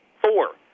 four